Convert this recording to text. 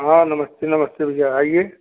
हाँ नमस्ते नमस्ते भैया आइए